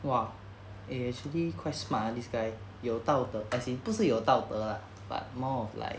!wah! eh actually quite smart ah this guy 有道德 as in 不是有道德 lah but more of like